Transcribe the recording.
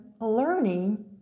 learning